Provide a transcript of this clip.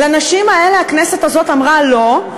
לנשים האלה הכנסת הזאת אמרה לא.